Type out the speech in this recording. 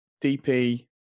DP